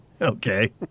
Okay